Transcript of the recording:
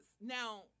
Now